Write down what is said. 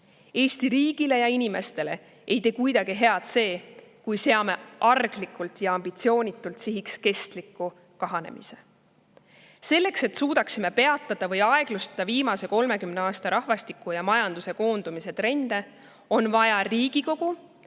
Eesti riigile ja inimestele ei tee see kuidagi head, kui seame arglikult ja ambitsioonitult sihiks kestliku kahanemise. Selleks, et suudaksime peatada või aeglustada viimased 30 aastat [kestnud] rahvastiku ja majanduse koondumise trendi, on vaja nii Riigikogu,